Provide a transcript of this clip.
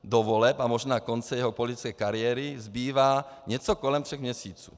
Do voleb a možná konce jeho politické kariéry zbývá něco kolem tří měsíců.